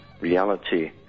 reality